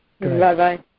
Bye-bye